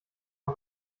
man